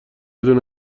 دونه